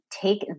Take